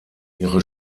ihre